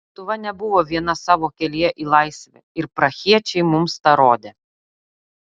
lietuva nebuvo viena savo kelyje į laisvę ir prahiečiai mums tą rodė